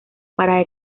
para